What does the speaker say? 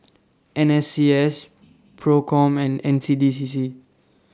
N S C S PROCOM and N C D C C